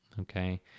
Okay